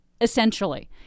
essentially